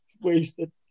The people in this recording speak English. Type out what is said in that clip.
Wasted